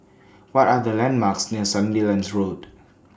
What Are The landmarks near Sandilands Road